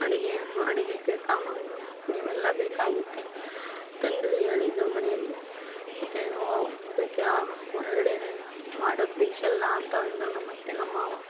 ಅಡುಗೆ ಅಡುಗೆಗೆ ಸಾಮಾನು ಇವೆಲ್ಲ ಬೇಕಾಗುತ್ತೆ ತಂದು ಹೇಳಿದರು ಮನೆಯಲ್ಲಿ ಮತ್ತು ಇದಕ್ಕೆ ಹೊರಗಡೆ ಮಾಡೋದು ಬೇಷಲ್ಲ ಅಂತ ಅಂದ್ರು ನಮ್ಮತ್ತೆ ನಮ್ಮ ಮಾವ